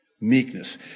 Meekness